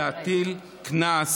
להטיל קנס